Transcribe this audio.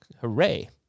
Hooray